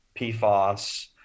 PFOS